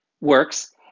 works